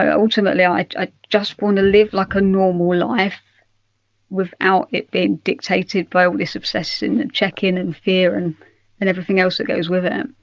ultimately i ah just want to live like a normal life without it being dictated by all this obsessing and checking and fear and and everything else goes with it.